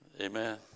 Amen